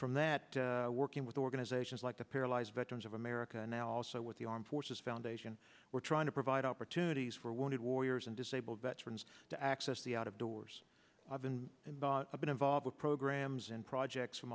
from that working with organizations like the paralyzed veterans of america and now also with the armed forces foundation we're trying to provide opportunities for wounded warriors and disabled veterans to access the out of doors i've been and i've been involved with programs and projects from